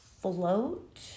float